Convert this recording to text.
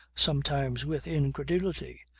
sometimes with incredulity,